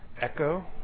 echo